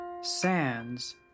Sands